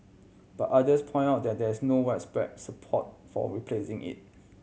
but others point out there there is no widespread support for replacing it